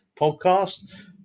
podcast